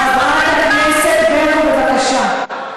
חברת הכנסת ברקו, בבקשה.